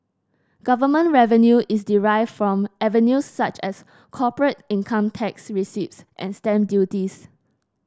government revenue is derived from avenues such as corporate income tax receipts and stamp duties